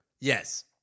Yes